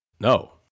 No